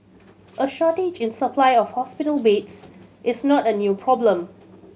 a shortage in supply of hospital beds is not a new problem